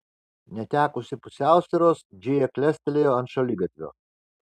netekusi pusiausvyros džėja klestelėjo ant šaligatvio